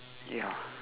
ya